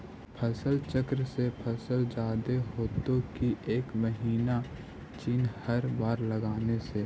फसल चक्रन से फसल जादे होतै कि एक महिना चिज़ हर बार लगाने से?